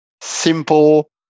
simple